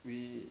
we